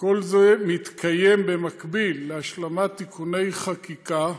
כל זה מתקיים במקביל להשלמת תיקוני חקיקה,